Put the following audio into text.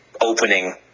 opening